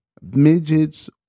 midgets